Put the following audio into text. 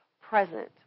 present